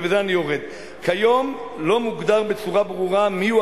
ובזה אני יורד: "כיום לא מוגדר בצורה ברורה מיהו